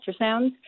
ultrasounds